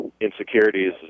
insecurities